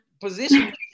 position